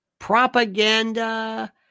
Propaganda